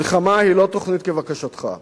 מלחמה היא לא תוכנית כבקשתך.